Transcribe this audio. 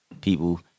people